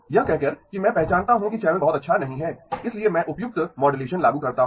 यह कहकर कि मैं पहचानता हूं कि चैनल बहुत अच्छा नहीं है इसलिए मैं उपयुक्त मॉड्यूलेशन लागू करता हूं